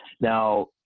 Now